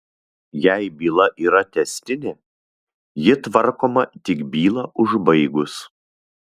jei byla yra tęstinė ji tvarkoma tik bylą užbaigus